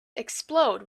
explode